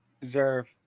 deserve